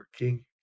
working